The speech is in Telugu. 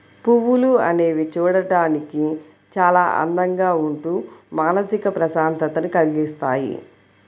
పువ్వులు అనేవి చూడడానికి చాలా అందంగా ఉంటూ మానసిక ప్రశాంతతని కల్గిస్తాయి